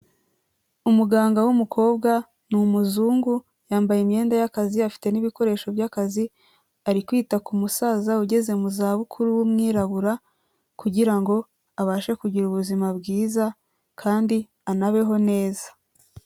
Umuganga w'umukobwa ni umuzungu yambaye imyenda y'akazi afite n'ibikoresho by'akazi ari kwita ku musaza ugeze mu za bukuru w'umwirabura kugira ngo abashe kugira ubuzima bwiza kandi anabeho neza.